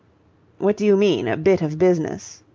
what do you mean, a bit of business?